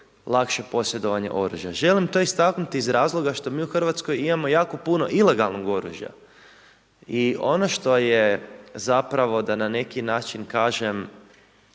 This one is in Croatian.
lakše posjedovanje oružja. Želim to istaknuti iz razloga što mi u Hrvatskoj imamo jako puno ilegalnog oružja i ono što je zapravo da na neki način kažem